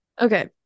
Okay